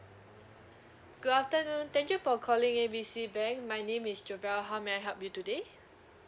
good afternoon thank you for calling A B C bank my name is jervel how may I help you today